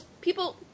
People –